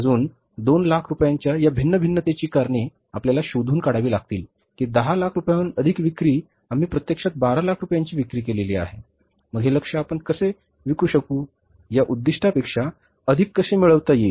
अजून दोन लाख रुपयांच्या या भिन्न भिन्नतेची कारणे आपल्याला शोधून काढावी लागतील की दहा लाख रुपयांहून अधिक विक्री आम्ही प्रत्यक्षात बारा लाख रुपयांची विक्री केली आहे मग हे लक्ष्य आपण कसे विकू शकू या उद्दीष्ट्यापेक्षा अधिक कसे मिळवता येईल